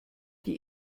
die